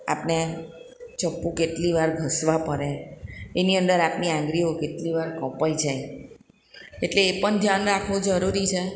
આપણે ચપ્પું કેટલી વાર ઘસવા પડે એની અંદર આપણી આંગરીઓ કેટલી વાર કપાઈ જાય એટલે એ પણ ધ્યાન રાખવું જરૂરી છે